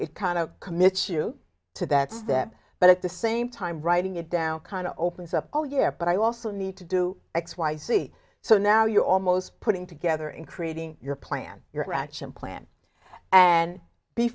it kind of commits you to that step but at the same time writing it down kind of opens up all year but i also need to do x y z so now you're almost putting together and creating your plan your action plan and be